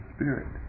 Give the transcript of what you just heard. Spirit